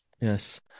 Yes